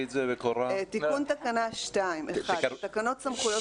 "תיקון תקנה 21. בתקנות סמכויות